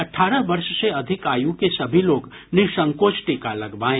अठारह वर्ष से अधिक आयु के सभी लोग निःसंकोच टीका लगवाएं